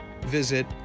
visit